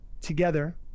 together